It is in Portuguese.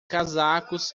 casacos